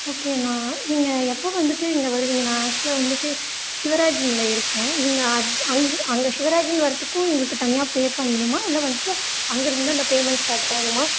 okay அண்ணா நீங்கள் எப்போ வந்துவிட்டு இங்கே வருவீங்க நான் ஆக்சுவலாக வந்துவிட்டு சிவராஜினில் இருக்கேன் நீங்கள் அங்கே அங்கே சிவராஜின் வரத்துக்கும் உங்களுக்கு தனியாக பே பண்ணனுமா இல்லை வந்துவிட்டு அங்கேருந்துதான் அந்த பேமெண்ட் ஸ்டார்ட் ஆகுமா